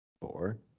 Four